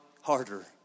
harder